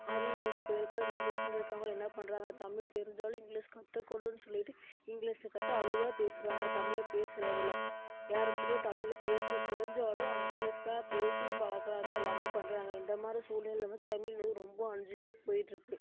அதலாம் இப்போ இருக்கிற ஜென்ரேஷனில் இருக்கிறவங்க என்ன பண்ணுறாங்க தமிழ் தெரிஞ்சாலும் இங்கிலீஷ் கத்துக்கணும்ன்னு சொல்லிவிட்டு இங்கிலீஷை கற்று அதுதான் பேசுகிறாங்க தமிழை பேசுவது இல்லை யாருக்கிட்டேயோ தமிழில் பேசத் தெரிஞ்சாலும் ஆனால் இங்கிலீஷ் தான் பேசி பழகுறாங்க எல்லாமே பண்ணுறாங்க இந்தமாதிரி சூழ்நில வந்து தமிழ் வந்து ரொம்ப அழிஞ்சிட்டே போய்ட்ருக்கு